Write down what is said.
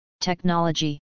Technology